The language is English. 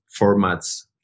formats